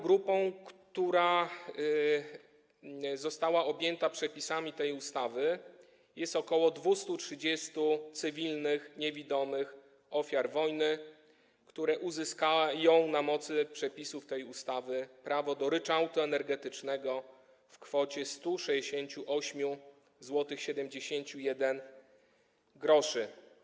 Grupą, która została objęta przepisami tej ustawy, jest ok. 230 cywilnych niewidomych ofiar wojny, które uzyskają na mocy przepisów tej ustawy prawo do ryczałtu energetycznego w kwocie 168,71 zł.